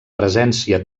presència